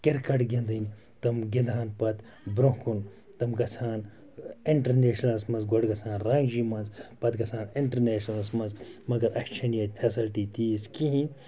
cricket گِنٛدٕنۍ تم گِنٛدہَن پَتہٕ برٛونٛہہ کُن تم گَژھان اِنٹَرنیشنَلَس منٛز گۄڈٕ گَژھان رانٛجی منٛز پَتہٕ گَژھان اِنٹَرنیشنَلَس منٛز مگر اَسہِ چھَنہٕ ییٚتہِ فٮ۪سَلٹی تیٖژ کِہیٖنۍ